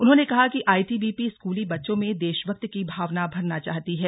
उन्होंने कहा कि आईटीबीपी स्कूली बच्चों में देशभक्ति की भावना भरना चाहती है